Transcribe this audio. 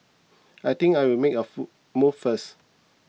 I think I'll make a fool move first